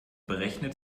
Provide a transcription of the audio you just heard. berechnet